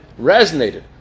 resonated